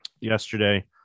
yesterday